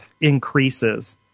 increases